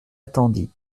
attendit